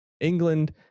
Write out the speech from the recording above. England